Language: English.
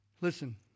Listen